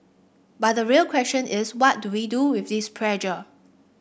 but the real question is what do we do with this pressure